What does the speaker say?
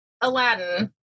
Aladdin